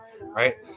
right